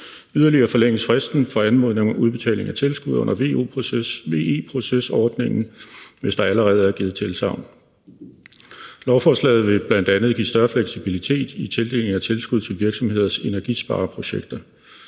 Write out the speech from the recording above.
Yderligere forlænges fristen for anmodning om udbetaling af tilskud under VE til procesordningen, hvis der allerede er givet tilsagn. Lovforslaget vil bl.a. give større fleksibilitet i tildelingen af tilskud til virksomheders energispareprojekter.